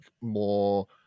more